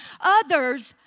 Others